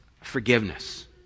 forgiveness